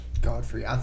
Godfrey